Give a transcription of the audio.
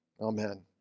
Amen